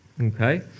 Okay